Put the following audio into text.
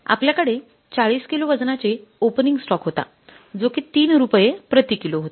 आपल्या कडे 40 किलो वजनाचे ओपनिंग स्टॉक होता जो कि 3 रुपये प्रति किलो होता